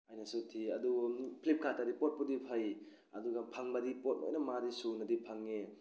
ꯍꯥꯏꯅꯁꯨ ꯊꯤ ꯑꯗꯨ ꯐ꯭ꯂꯤꯞꯀꯥꯔꯠꯇꯗꯤ ꯄꯣꯠꯄꯨꯗꯤ ꯐꯩ ꯑꯗꯨꯒ ꯐꯪꯕꯗꯤ ꯄꯣꯠ ꯂꯣꯏꯅ ꯃꯥꯗꯤ ꯁꯨꯅꯗꯤ ꯐꯪꯉꯦ